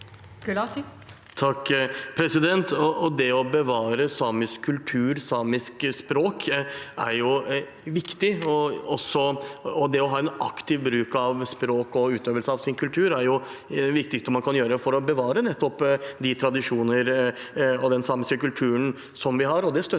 Det å bevare sa- misk kultur og samiske språk er viktig, og det å ha en aktiv bruk av språket og utøvelse av sin kultur er det viktigste man kan gjøre for å bevare nettopp de tradisjoner og den samiske kulturen vi har.